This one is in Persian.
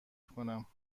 کنم